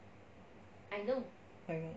I know